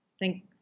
thank